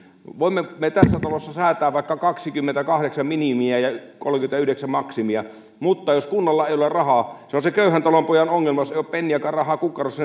voimme tässä talossa säätää vaikka kaksikymmentäkahdeksan minimiä ja kolmekymmentäyhdeksän maksimia mutta jos kunnalla ei ole rahaa se on se köyhän talonpojan ongelma että jos ei ole penniäkään rahaa kukkarossa